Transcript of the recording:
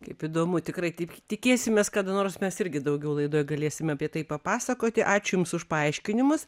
kaip įdomu tikrai tik tikėsimės kada nors mes irgi daugiau laidoje galėsime apie tai papasakoti ačiū jums už paaiškinimus